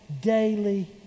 daily